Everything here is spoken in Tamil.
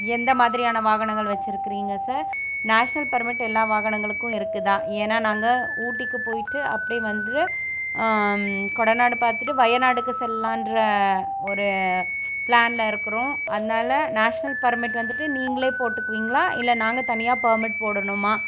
எந்த மாதிரியான வாகனங்கள் வச்சுருக்குறீங்க சார் நேஷ்னல் பர்மிட் எல்லா வாகனங்களுக்கும் இருக்குதா ஏன்னால் நாங்கள் ஊட்டிக்கு போயிட்டு அப்படியே வந்து கொடநாடு பார்த்துட்டு வயநாடுக்கு செல்லுலான்ற ஒரு பிளானில் இருக்கிறோம் அதனால் நேஷ்னல் பர்மிட் வந்துட்டு நீங்களே போட்டுக்குவீங்களா இல்லை நாங்கள் தனியாக பர்மிட் போடணுமா